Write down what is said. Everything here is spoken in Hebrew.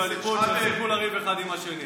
המשותפת והליכוד, שיפסיקו לריב אחד עם השני.